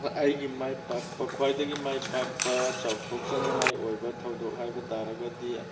ꯍꯣꯏ ꯑꯩꯒꯤ ꯃꯥꯏ ꯄꯥꯛꯄ ꯈ꯭ꯋꯥꯏꯗꯒꯤ ꯃꯥꯏ ꯄꯥꯛꯄ ꯆꯥꯎꯊꯣꯛꯆꯅꯤꯡꯉꯥꯏ ꯑꯣꯏꯕ ꯊꯧꯗꯣꯛ ꯍꯥꯏꯕ ꯇꯥꯔꯒꯗꯤ